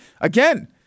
again